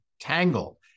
tangle